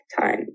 time